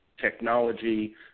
technology